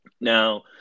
Now